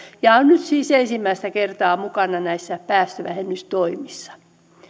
ja on nyt siis ensimmäistä kertaa mukana näissä päästövähennystoimissa